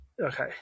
Okay